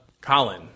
Colin